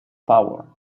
power